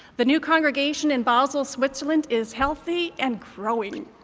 the new congregation in basel switzerland is healthy and growing.